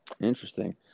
Interesting